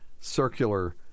circular